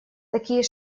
такие